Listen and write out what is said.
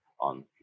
on